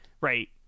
right